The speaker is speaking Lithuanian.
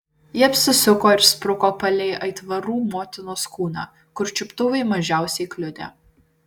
ji apsisuko ir spruko palei aitvarų motinos kūną kur čiuptuvai mažiausiai kliudė